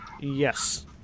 Yes